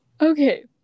okay